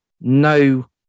no